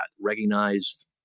recognized